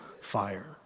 fire